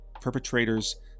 perpetrators